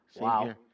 Wow